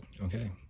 Okay